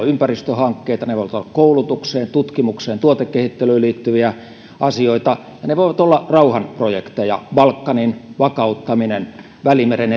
ympäristöhankkeita ne voivat olla koulutukseen tutkimukseen tuotekehittelyyn liittyviä asioita ja ne voivat olla rauhanprojekteja balkanin vakauttaminen välimeren